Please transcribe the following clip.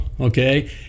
okay